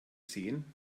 sehen